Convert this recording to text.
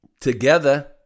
together